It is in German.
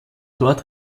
dort